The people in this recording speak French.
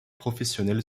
professionnelle